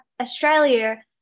Australia